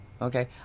Okay